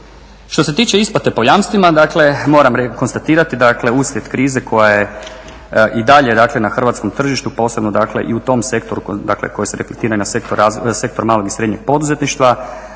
Što se tiče isplate po jamstvima, dakle moram konstatirati dakle uslijed krize koja je i dalje na hrvatskom tržištu, posebno dakle i u tom sektoru koji se reflektira i na sektor malog i srednjeg poduzetništva.